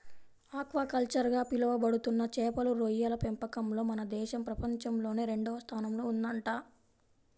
aquaculture గా పిలవబడుతున్న చేపలు, రొయ్యల పెంపకంలో మన దేశం ప్రపంచంలోనే రెండవ స్థానంలో ఉందంట